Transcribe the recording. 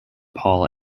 paul